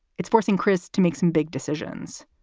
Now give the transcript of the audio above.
it's forcing crist to make some big decisions.